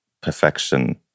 perfection